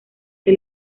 que